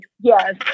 Yes